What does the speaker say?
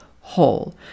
whole